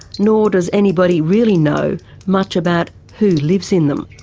nor does anybody really know much about who lives in them.